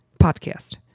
podcast